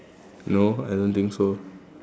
no I don't think so